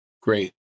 Great